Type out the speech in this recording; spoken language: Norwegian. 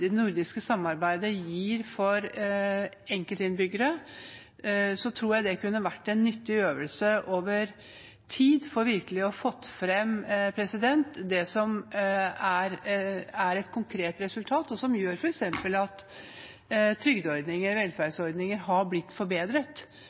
det nordiske samarbeidet gir for enkeltinnbyggere, tror jeg det over tid kunne ha vært en nyttig øvelse for virkelig å få fram det som er et konkret resultat, som f.eks. at trygdeordninger og velferdsordninger er blitt forbedret